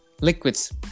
liquids